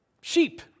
sheep